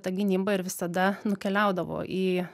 ta gynyba ir visada nukeliaudavo į